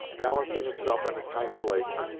balancing itself on its hinder legs,